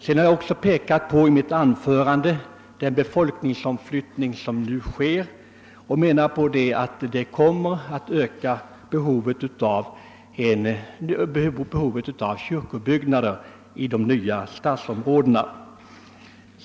Jag har i mitt anförande också pekat på den befolkningsomflyttning som nu sker och som ökar behovet av kyrkobyggnader i de nya stadsområdena.